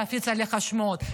להפיץ עליך שמועות.